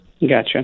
gotcha